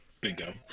Bingo